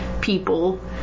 people